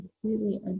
completely